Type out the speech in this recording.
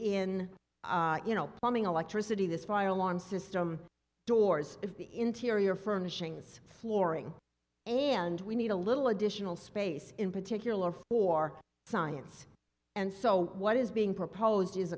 in you know plumbing electricity this fire alarm system doors interior furnishings flooring and we need a little additional space in particular for science and so what is being proposed is